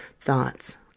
thoughts